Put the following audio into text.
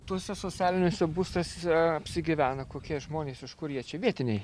tuose socialiniuose būstuose apsigyvena kokie žmonės iš kur jie čia vietiniai